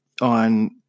on